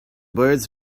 birds